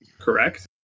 correct